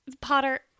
potter